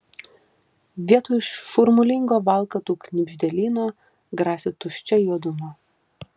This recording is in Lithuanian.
vietoj šurmulingo valkatų knibždėlyno grasi tuščia juoduma